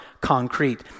concrete